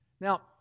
Now